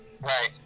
right